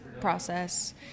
process